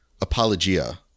Apologia